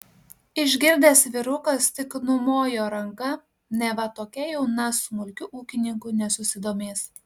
išgirdęs vyrukas tik numojo ranka neva tokia jauna smulkiu ūkininku nesusidomės